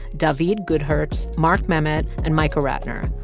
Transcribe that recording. davide gudhertz, mark memmott and micah ratner.